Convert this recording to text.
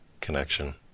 connection